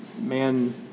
Man